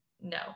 no